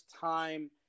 time